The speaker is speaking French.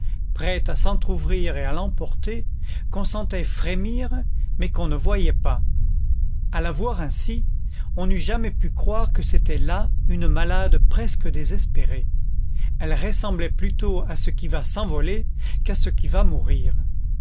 prêtes à s'entrouvrir et à l'emporter qu'on sentait frémir mais qu'on ne voyait pas à la voir ainsi on n'eût jamais pu croire que c'était là une malade presque désespérée elle ressemblait plutôt à ce qui va s'envoler qu'à ce qui va mourir